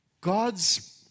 God's